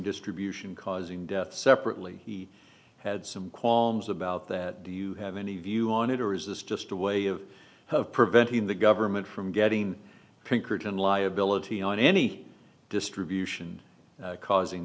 distribution causing death separately had some qualms about that do you have any view on it or is this just a way of preventing the government from getting pinkerton liability on any distribution causing